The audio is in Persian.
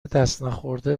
دستنخورده